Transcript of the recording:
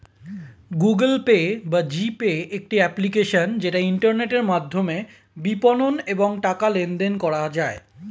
Google Pay বা G Pay একটি application যেটা ইন্টারনেটের মাধ্যমে বিপণন এবং টাকা লেনদেন করা যায়